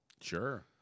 Sure